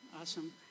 Awesome